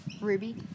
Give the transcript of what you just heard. Ruby